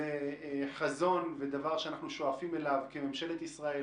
הוא חזון ודבר שאנחנו שואפים אליו בממשלת ישראל,